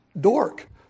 dork